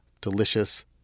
delicious